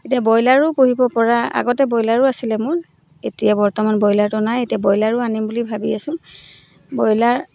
এতিয়া ব্ৰইলাৰো পুহিব পৰা আগতে ব্ৰইলাৰো আছিলে মোৰ এতিয়া বৰ্তমান ব্ৰইলাৰটো নাই এতিয়া ব্ৰইলাৰো আনিম বুলি ভাবি আছো ব্ৰইলাৰ